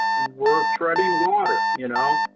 we're treading water, you know.